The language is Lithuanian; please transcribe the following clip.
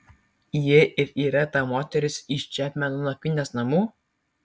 ji ir yra ta moteris iš čepmeno nakvynės namų